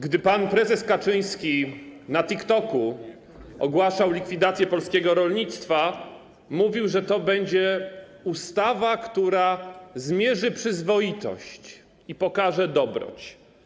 Gdy pan prezes Kaczyński na TikToku ogłaszał likwidację polskiego rolnictwa, mówił, że to będzie ustawa, która zmierzy przyzwoitość i pokaże dobroć.